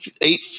eight